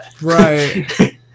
Right